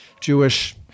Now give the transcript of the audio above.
Jewish